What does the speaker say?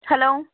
hello